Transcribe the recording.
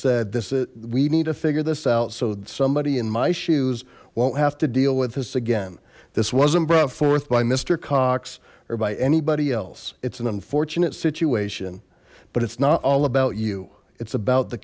said this is we need to figure this out so somebody in my shoes won't have to deal with us again this wasn't brought forth by mister cox or by anybody else it's an unfortunate situation but it's not all about you it's about the